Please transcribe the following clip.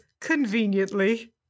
conveniently